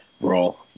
roll